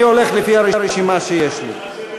אני הולך לפי הרשימה שיש לי.